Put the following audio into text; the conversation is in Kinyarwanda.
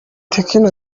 tekno